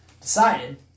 decided